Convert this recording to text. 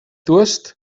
durst